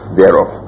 thereof